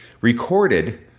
recorded